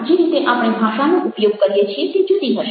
જે રીતે આપણે ભાષાનો ઉપયોગ કરીએ છીએ તે જુદી હશે